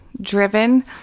driven